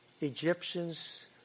Egyptians